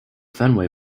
fenway